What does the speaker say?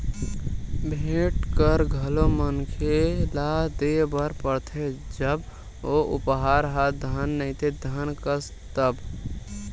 भेंट कर घलो मनखे ल देय बर परथे जब ओ उपहार ह धन नइते धन कस हे तब